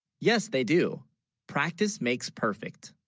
yes they, do practice makes perfect